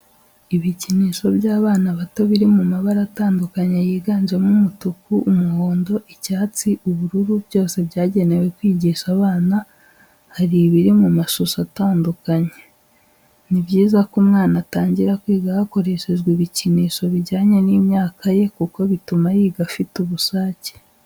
Ibikinisho by'abana bato biri mu mabara atandukanye yiganjemo umutuku, umuhondo, icyatsi, ubururu byose byagenewe kwigisha abana hari ibiri mu mashusho atandukanye. Ni byiza ko umwana atangira kwiga hakoreshejwe ibikinisho bijyanye n'imyaka ye kuko bituma yiga afite ubushake.